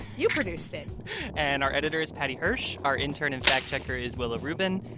you produced it and our editor is paddy hirsch. our intern and fact-checker is willa rubin.